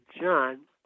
John